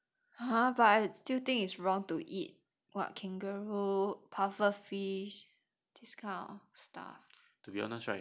!huh! but I still think it's wrong to eat what kangaroo pufferfish this kind of stuff